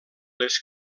les